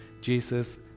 Jesus